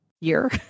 Year